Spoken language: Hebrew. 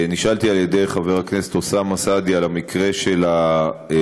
נשאלתי על ידי חבר הכנסת אוסאמה סעדי על המקרה של הדלקה,